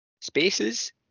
spaces